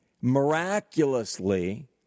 Miraculously